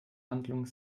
handlung